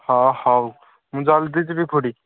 ହଁ ହଉ ମୁଁ ଜଲ୍ଦି ଯିବି ଖୁଡ଼ି